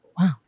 Wow